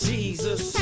Jesus